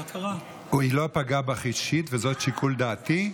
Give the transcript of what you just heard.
היא לא פגעה בך אישית, וזה שיקול דעתי.